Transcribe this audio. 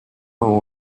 ему